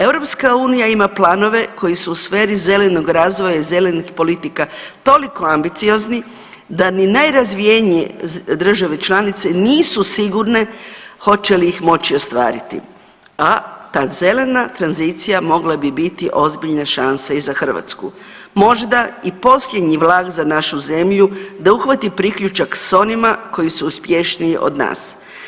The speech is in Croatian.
EU ima planove koji su u sferi zelenog razvoja i zelenih politika toliko ambiciozni da ni najrazvijenije države članice nisu sigurne hoće li ih moći ostvariti, a ta zelena tranzicija mogla bi biti ozbiljna šansa i za Hrvatsku, možda i posljednji vlak za našu zemlju da uhvati priključak s onima koji su uspješniji od nas.